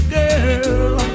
girl